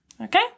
Okay